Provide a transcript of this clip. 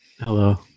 Hello